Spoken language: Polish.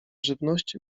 żywności